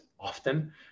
Often